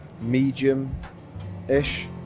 medium-ish